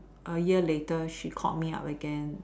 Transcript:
A year later she called me up again